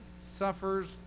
suffers